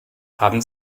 haben